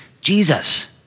Jesus